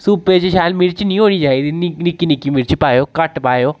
सूपे च शैल मिर्च नी होनी चाहिदी निक्की निक्की मिर्च पाएओ घट्ट पाएओ